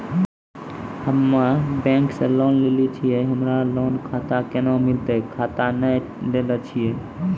हम्मे बैंक से लोन लेली छियै हमरा लोन खाता कैना मिलतै खाता नैय लैलै छियै?